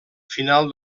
final